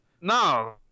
No